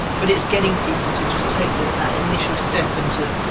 but it's getting people to just take that that initial step and to,